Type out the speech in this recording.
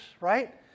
right